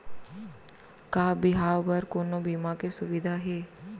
का बिहाव बर कोनो बीमा के सुविधा हे?